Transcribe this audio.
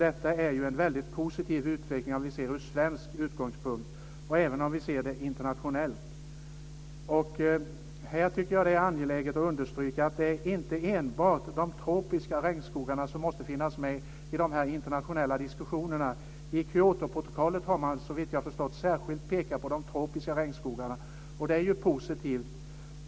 Detta är ju en väldigt positiv utveckling om vi ser den ur svensk utgångspunkt, men även om vi ser det internationellt. Här tycker jag att det är angeläget att understryka att det inte enbart är de tropiska regnskogarna som måste finnas med i de internationella diskussionerna. I Kyotoprotokollet har man, såvitt jag förstått, särskilt pekat på de tropiska regnskogarna. Det är ju positivt.